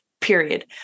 period